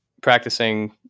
practicing